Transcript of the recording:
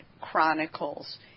Chronicles